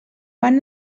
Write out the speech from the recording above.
van